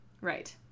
Right